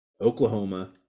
Oklahoma